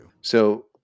So-